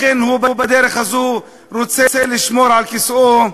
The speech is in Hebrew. לכן הוא בדרך הזו רוצה לשמור על כיסאו.